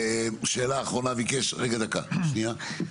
ושאלה אחרונה ביקש רגע דקה שנייה,